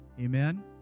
Amen